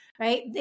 right